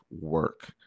work